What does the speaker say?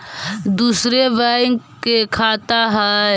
दुसरे बैंक के खाता हैं?